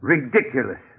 Ridiculous